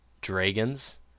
Dragons